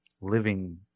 living